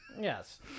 Yes